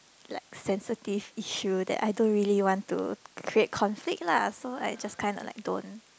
like sensitive issue that I don't really want to create conflict lah so I just kinda like don't